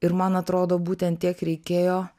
ir man atrodo būtent tiek reikėjo